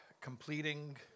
completing